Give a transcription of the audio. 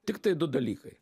tiktai du dalykai